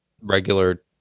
regular